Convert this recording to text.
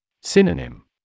Synonym